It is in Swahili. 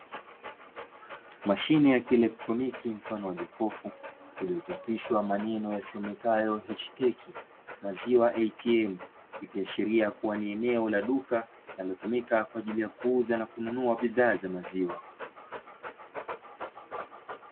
Mashine ya kielektroniki mfano wa jokofu, iliyochapishwa maneno yasomekayo "inshiteki maziwa ATM", ikiashiria kuwa ni eneo la duka, linalotumika kwa ajili ya kuuza na kununua bidhaa za maziwa.